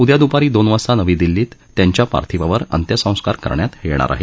उदया द्रपारी दोन वाजता नवी दिल्लीत यांच्या पार्थिवावर अंत्यसंस्कार करण्यात येणार आहेत